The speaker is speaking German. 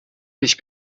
ich